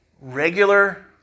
regular